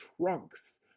trunks